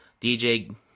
DJ